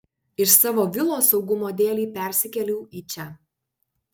iš savo vilos saugumo dėlei persikėliau į čia